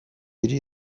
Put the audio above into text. hiri